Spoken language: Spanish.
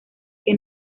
que